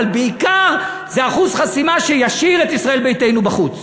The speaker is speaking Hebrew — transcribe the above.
אבל בעיקר זה אחוז חסימה שישאיר את ישראל ביתנו בחוץ.